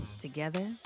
Together